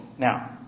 Now